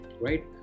Right